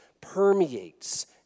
permeates